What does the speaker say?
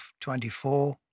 24